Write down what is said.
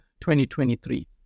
2023